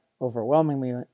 overwhelmingly